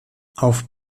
auf